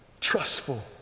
TRUSTFUL